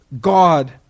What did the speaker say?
God